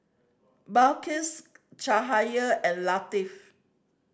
Balqis Cahaya and Latif